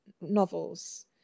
novels